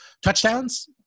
touchdowns